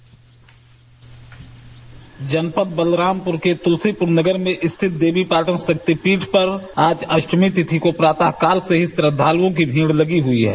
dispatch जनपद बलरामपुर के तुलसीपुर नगर में स्थित देवीपाटन शक्तिपीठ पर आज अष्टमी तिथि को प्रातः काल से ही श्रद्धालुओं की भीड़ लगी हुई है